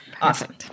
Awesome